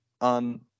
on